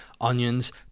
onions